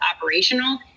operational